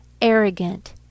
arrogant